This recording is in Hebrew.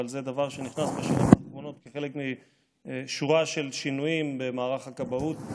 אבל זה דבר שנכנס בשנים האחרונות כחלק משורה של שינויים במערך הכבאות.